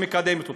שמקדמת אותו.